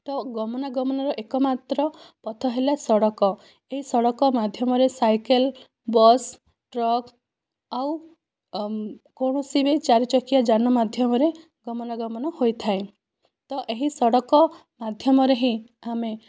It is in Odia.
ତ ଗମନା ଗମନର ଏକ ମାତ୍ର ପଥ ହେଲା ସଡ଼କ ଏଇ ସଡ଼କ ମାଧ୍ୟମରେ ସାଇକେଲ ବସ ଟ୍ରକ ଆଉ କୌଣସି ଭି ଚାରିଚକିଆ ଯାନ ମାଧ୍ୟମରେ ଗମନା ଗମନ ହୋଇଥାଏ ତ ଏହି ସଡ଼କ ମାଧ୍ୟମରେ ହିଁ ଆମେ